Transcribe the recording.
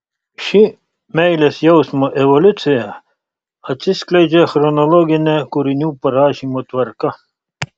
ši meilės jausmo evoliucija atsiskleidžia chronologine kūrinių parašymo tvarka